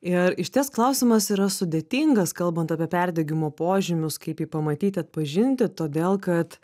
ir išties klausimas yra sudėtingas kalbant apie perdegimo požymius kaip jį pamatyt atpažinti todėl kad